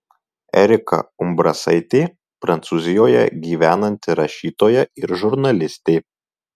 erika umbrasaitė prancūzijoje gyvenanti rašytoja ir žurnalistė